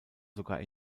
sogar